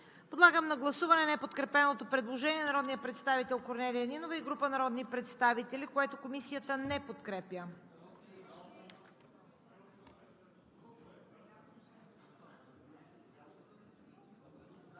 Подлагам на гласуване неподкрепеното предложение на народния представител Корнелия Нинова и група народни представители, което Комисията не подкрепя.